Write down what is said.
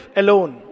alone